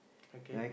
okay